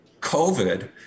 COVID